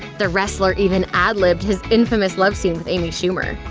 the wrestler even ad-libbed his infamous love scene with amy schumer.